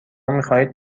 میخواهید